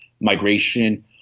migration